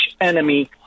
enemy